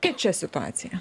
kaip čia situacija